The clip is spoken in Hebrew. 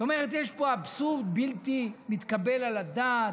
זאת אומרת, יש פה אבסורד בלתי מתקבל על הדעת.